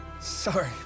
sorry